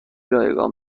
رایگان